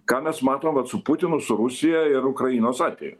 ką mes matom vat su putinu su rusija ir ukrainos atveju